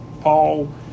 Paul